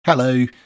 Hello